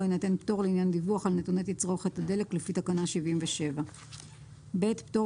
לא יינתן פטור לעניין דיווח על נתוני תצרוכת הדלק לפי תקנה 77. פטור